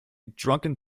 drunken